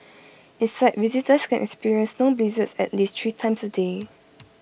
inside visitors can experience snow blizzards at least three times A day